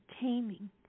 taming